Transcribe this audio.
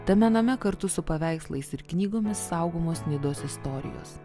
tame name kartu su paveikslais ir knygomis saugomos nidos istorijos